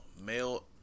male